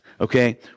okay